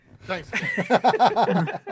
Thanks